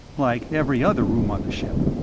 like every other room on the ship.